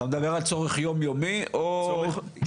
אתה מדבר על צורך יום יומי או כשיש